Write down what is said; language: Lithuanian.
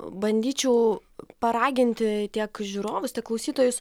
bandyčiau paraginti tiek žiūrovus tiek klausytojus